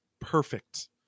perfect